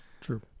True